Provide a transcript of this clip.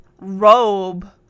robe